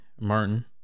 Martin